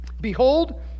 behold